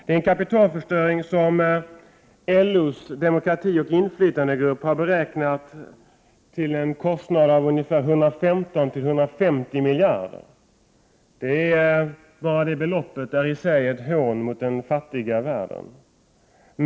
Det är en kapitalförstöring som enligt LO:s demokratioch inflytandegrupp kostar 115-150 miljarder. Enbart beloppet som sådant utgör ett hån mot den fattiga världen.